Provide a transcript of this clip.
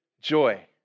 joy